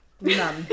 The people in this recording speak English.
None